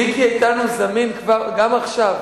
מיקי איתן זמין גם עכשיו,